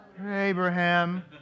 Abraham